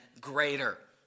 greater